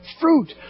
fruit